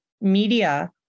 media